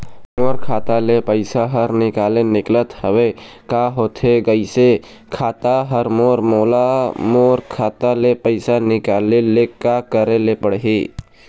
मोर खाता ले पैसा हर निकाले निकलत हवे, का होथे गइस खाता हर मोर, मोला मोर खाता ले पैसा निकाले ले का करे ले पड़ही?